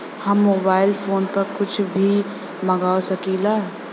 हम mobile phone पर कुछ भी मंगवा सकिला?